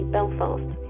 Belfast